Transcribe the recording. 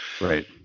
Right